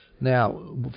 Now